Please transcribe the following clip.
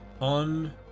on